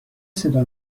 صدا